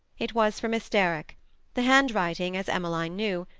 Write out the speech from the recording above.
it was for miss derrick the handwriting, as emmeline knew,